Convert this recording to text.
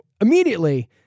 immediately